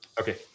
Okay